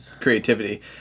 creativity